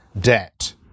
debt